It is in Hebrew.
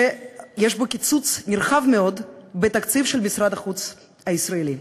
שיש בו קיצוץ נרחב מאוד בתקציב של משרד החוץ הישראלי.